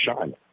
shine